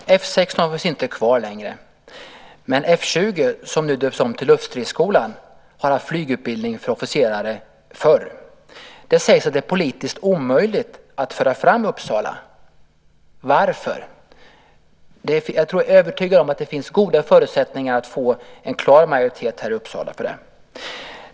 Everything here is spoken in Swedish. Herr talman! F 16 finns inte kvar längre, men F 20, som nu döps om till Luftstridsskolan, har haft flygutbildning för officerare förr. Det sägs att det är politiskt omöjligt att föra fram Uppsala. Varför? Jag är övertygad om att det finns goda förutsättningar för att få en klar majoritet här för Uppsala.